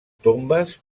tombes